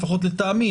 לפחות לטעמי,